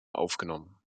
aufgenommen